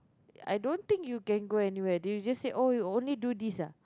I don't think you can go anywhere did you just say oh you only do this ah